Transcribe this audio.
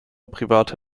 private